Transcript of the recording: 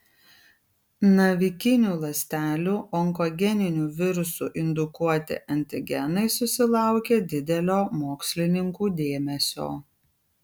navikinių ląstelių onkogeninių virusų indukuoti antigenai susilaukė didelio mokslininkų dėmesio